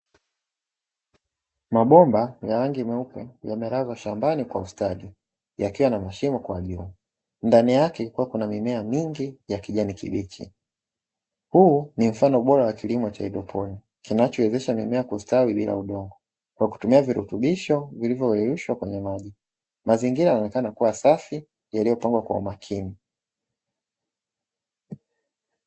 Mabomba ya rangi nyeupe yamelazwa shambani kwa mstari, yakiwa na mashimo kwa juu, ndani yake kuna mimea mingi ya kijani kibichi. Huu ni mfano bora wa kilimo cha evopori, kinachowezesha mimea kustawi bila udongo, kwa kutumia virutubisho vilivyo yeyushwa kwenye maji. Mazingira yanaonekana kuwa safi yaliyopangwa kwa umakini.